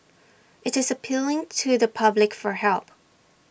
IT is appealing to the public for help